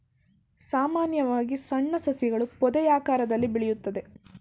ಸಾಮಾನ್ಯವಾಗಿ ಸಣ್ಣ ಸಸಿಗಳು ಪೊದೆಯಾಕಾರದಲ್ಲಿ ಬೆಳೆಯುತ್ತದೆ